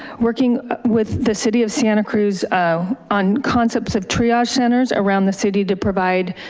working with the city of santa cruz on concepts of triage centers around the city to provide